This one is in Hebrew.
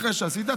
אחרי שעשית,